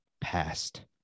past